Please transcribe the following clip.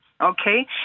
okay